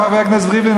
חבר הכנסת ריבלין,